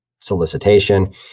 Solicitation